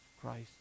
christ